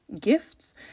gifts